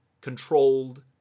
controlled